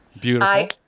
Beautiful